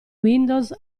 windows